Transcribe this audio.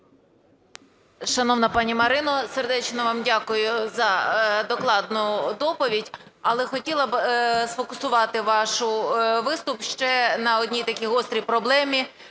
Шановна пані Марино, сердечно вам дякую за докладну доповідь, але хотіла б сфокусувати ваш виступ ще на одній такій гострій проблемі